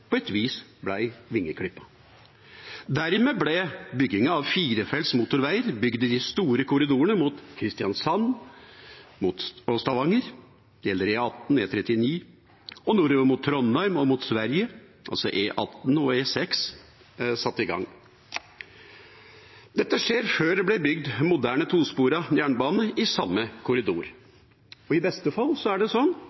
på et vis ble vingeklippet. Dermed ble det satt i gang bygging av firefelts motorveier i de store korridorene, mot Kristiansand og Stavanger, det gjelder E18 og E39, og nordover mot Trondheim, og mot Sverige, altså E18 og E6. Dette skjer før det blir bygd moderne, tosporet jernbane i samme